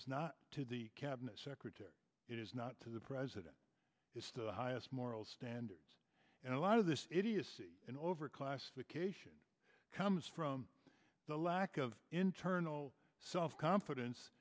is not to the cabinet secretary it is not to the president it's the highest moral standards and a lot of this idiocy and over classification comes from the lack of internal self confidence